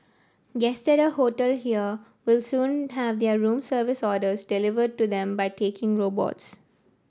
guests at a hotel here will soon have their room service orders delivered to them by talking robots